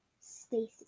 Stacy